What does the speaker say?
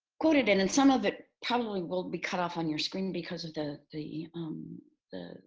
quoted, and and some of it probably will be cut off on your screen because of the the um